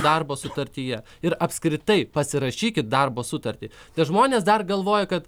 darbo sutartyje ir apskritai pasirašykit darbo sutartį tie žmonės dar galvoja kad